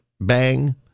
bang